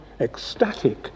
ecstatic